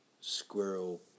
squirrel